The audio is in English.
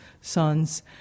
sons